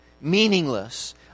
meaningless